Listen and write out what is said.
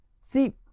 See